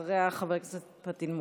אחריה, חבר הכנסת פטין מולא.